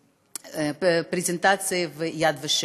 אחרי טקס שהיה ביד ושם.